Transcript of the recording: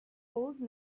old